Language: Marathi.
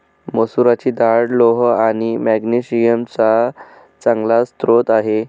मसुराची डाळ लोह आणि मॅग्नेशिअम चा चांगला स्रोत आहे